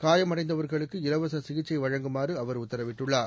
காயமடைந்தவர்களுக்கு இலவச சிகிச்சை வழங்குமாறு அவர் உத்தரவிட்டுள்ளார்